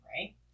Right